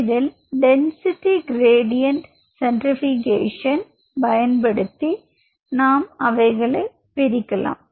இதில் density gradient centrifugation பயன்படுத்தி நாம் அவைகளை பிரிக்கலாம்